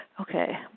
Okay